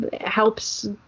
helps